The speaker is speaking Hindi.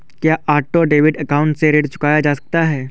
क्या ऑटो डेबिट अकाउंट से ऋण चुकाया जा सकता है?